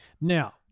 Now